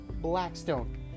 blackstone